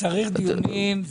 צריך דיונים.